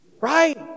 Right